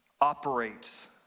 operates